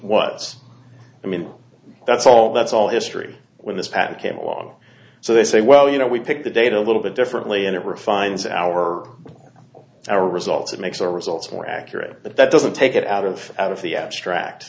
what's i mean that's all that's all history when this patent came along so they say well you know we pick the data a little bit differently and it refines our or our results it makes our results more accurate but that doesn't take it out of out of the abstract